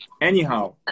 anyhow